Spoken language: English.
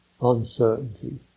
Uncertainty